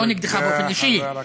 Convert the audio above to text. לא נגדך באופן אישי,